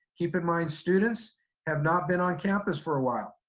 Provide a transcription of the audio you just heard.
keep in mind, students have not been on campus for awhile.